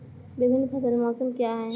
विभिन्न फसल मौसम क्या हैं?